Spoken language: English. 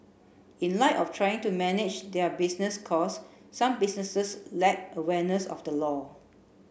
in light of trying to manage their business cost some businesses lack awareness of the law